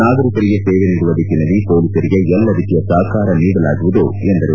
ನಾಗರಿಕರಿಗೆ ಸೇವೆ ನೀಡುವ ದಿಕ್ಕಿನಲ್ಲಿ ಮೊಲೀಸರಿಗೆ ಎಲ್ಲಾ ರೀತಿಯ ಸಹಕಾರ ನೀಡಲಾಗುವುದು ಎಂದರು